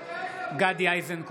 (קורא בשמות חברי הכנסת) גדי איזנקוט,